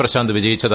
പ്രശാന്ത് വിജയിച്ചത്